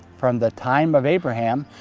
from the time of abraham,